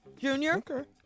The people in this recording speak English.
Junior